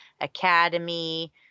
Academy